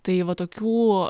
tai vat tokių